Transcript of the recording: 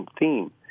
theme